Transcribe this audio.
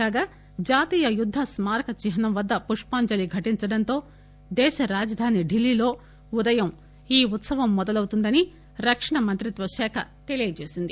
కాగా జాతీయ యుద్ద స్మారక చిహ్నం వద్ద పుష్పాంజళి ఘటించడంతో దేశ రాజధాని ఢిల్లీలో ఉదయం ఈ ఉత్సవం మొదలౌతుందని రక్షణ మంత్రిత్వశాఖ తెలిపింది